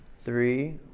three